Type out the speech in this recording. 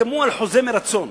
תחתמו על חוזה מרצון,